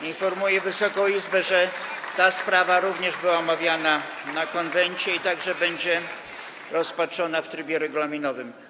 Informuję Wysoką Izbę, że ta sprawa również była omawiana na posiedzeniu Konwentu i także będzie rozpatrzona w trybie regulaminowym.